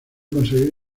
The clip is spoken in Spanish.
conseguir